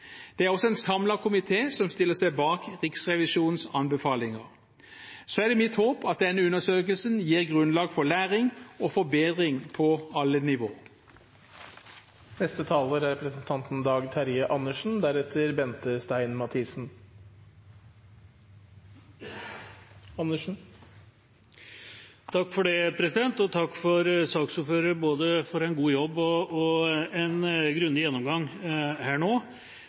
Det er også en samlet komité som stiller seg bak Riksrevisjonens anbefalinger. Så er det mitt håp at denne undersøkelsen gir grunnlag for læring og forbedring på alle nivå. Jeg vil takke saksordføreren for å ha gjort en god jobb og for en grundig gjennomgang nå.